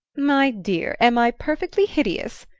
my dear, am i perfectly hideous?